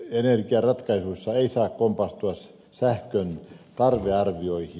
ympäristöenergiaratkaisuissa ei saa kompastua sähkön tarvearvioihin